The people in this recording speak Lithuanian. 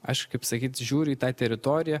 aš kaip sakyt žiūriu į tą teritoriją